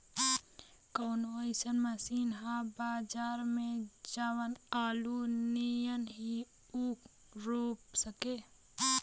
कवनो अइसन मशीन ह बजार में जवन आलू नियनही ऊख रोप सके?